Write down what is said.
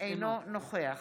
אינו נוכח